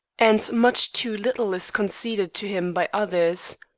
and much too little is conceded to him by others.